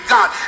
God